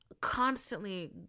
constantly